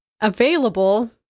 Available